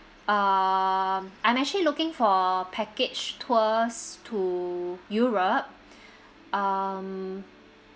um I'm actually looking for package tours to europe um